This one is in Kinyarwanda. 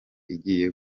igiye